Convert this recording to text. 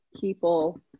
people